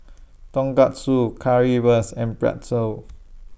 Tonkatsu Currywurst and Pretzel